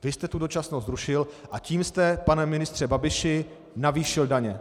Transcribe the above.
Vy jste tu dočasnost zrušil, a tím jste, pane ministře Babiši, navýšil daně.